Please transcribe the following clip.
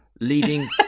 leading